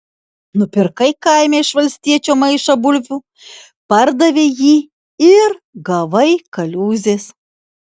nupirkai kaime iš valstiečio maišą bulvių pardavei jį ir gavai kaliūzės